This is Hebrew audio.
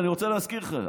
אני רוצה להזכיר לך.